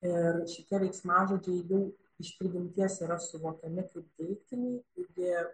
ir šitie veiksmažodžiai jau iš prigimties yra suvokiami kaip deiktiniai taigi